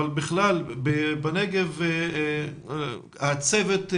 אבל בנגב הצוות,